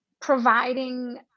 providing